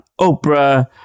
Oprah